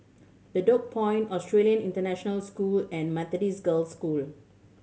Bedok Point Australian International School and Methodist Girls' School